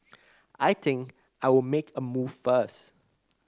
I think I'll make a move first